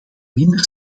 minder